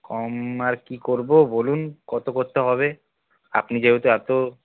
আর কি করব বলুন কত করতে হবে আপনি যেহেতু এত